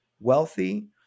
wealthy